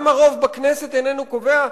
גם הרוב בכנסת איננו קובע,